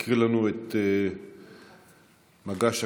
ולהקריא לנו את "מגש הכסף"